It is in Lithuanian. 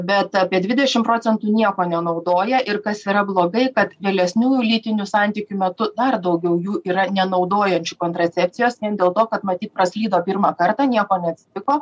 bet apie dvidešim procentų nieko nenaudoja ir kas yra blogai kad vėlesnių lytinių santykių metu dar daugiau jų yra nenaudojančių kontracepcijos vien dėl to kad matyt praslydo pirmą kartą nieko neatsitiko